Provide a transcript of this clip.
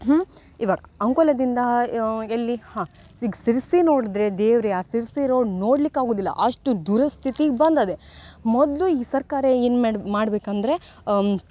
ಹ್ಞೂ ಇವಾಗ ಅಂಕೋಲದಿಂದ ಎಲ್ಲಿ ಹಾಂ ಸಿಗ್ ಶಿರ್ಸಿ ನೋಡಿದ್ರೆ ದೇವರೇ ಆ ಶಿರ್ಸಿ ರೋಡ್ ನೋಡ್ಲಿಕ್ಕೆ ಆಗುವುದಿಲ್ಲ ಅಷ್ಟು ದುರಸ್ಥಿತಿಗೆ ಬಂದಿದೆ ಮೊದಲು ಈ ಸರ್ಕಾರ ಏನು ಮೆಡ್ ಮಾಡ್ಬೇಕು ಅಂದರೆ